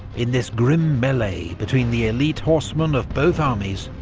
in this grim melee between the elite horsemen of both armies,